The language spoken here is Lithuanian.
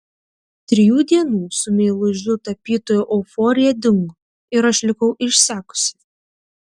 trijų dienų su meilužiu tapytoju euforija dingo ir aš likau išsekusi